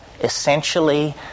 essentially